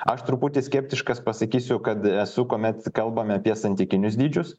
aš truputį skeptiškas pasakysiu kad esu kuomet kalbame apie santykinius dydžius